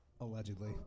allegedly